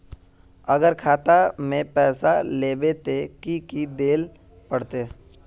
अगर खाता में पैसा लेबे ते की की देल पड़ते?